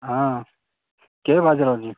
हँ के बाजि रहल छी